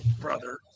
Brother